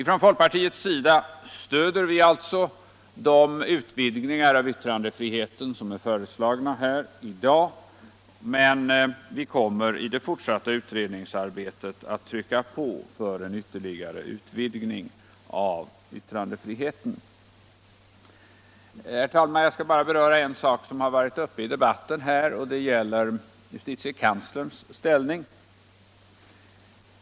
Från folkpartiets sida stöder vi alltså de utvidgningar av yttrandefriheten som nu är föreslagna, men vi kommer i det fortsatta utredningsarbetet att trycka på för att få en ytterligare utvidgning av yttrandefriheten. Herr talman! Jag skall bara beröra en sak som varit uppe i debatten, och det gäller justitiekanslerns ställning.